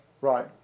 Right